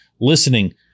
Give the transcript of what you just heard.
listening